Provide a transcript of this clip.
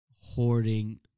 hoarding